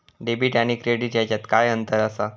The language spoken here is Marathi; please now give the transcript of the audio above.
डेबिट आणि क्रेडिट ह्याच्यात काय अंतर असा?